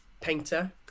painter